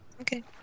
Okay